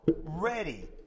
ready